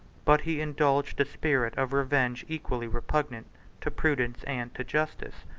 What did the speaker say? but he indulged a spirit of revenge equally repugnant to prudence and to justice,